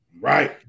right